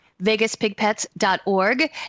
VegasPigPets.org